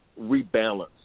rebalance